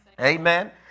Amen